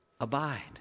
abide